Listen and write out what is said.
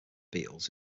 beatles